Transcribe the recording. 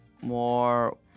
more